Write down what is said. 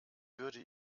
würde